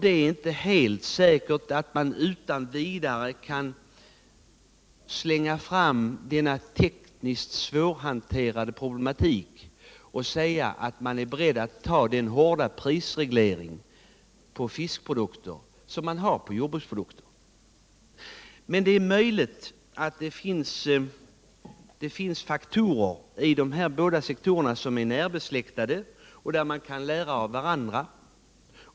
Det är inte helt säkert att man utan vidare kan slänga fram denna tekniskt svårhanterliga problematik och säga att man är beredd att ta den hårda prisreglering på fiskprodukter som man har på jordbruksprodukter. Men det är möjligt att det finns faktorer i de här båda sektorerna som är närbesläktade, där man kan lära av varandra.